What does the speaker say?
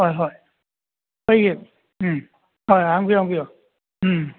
ꯍꯣꯏ ꯍꯣꯏ ꯑꯩꯒꯤ ꯎꯝ ꯍꯣꯏ ꯍꯪꯕꯤꯌꯨ ꯍꯪꯕꯤꯌꯨ ꯎꯝ